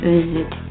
Visit